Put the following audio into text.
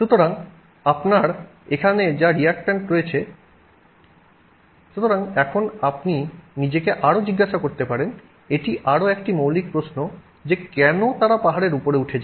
সুতরাং এখন আপনি নিজেকে আরও জিজ্ঞাসা করতে পারেন এটি আরও একটি মৌলিক প্রশ্ন যে কেন তারা পাহাড়ের উপরে উঠে যায়